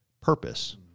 purpose